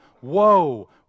Woe